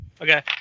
Okay